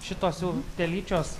šitos jau telyčios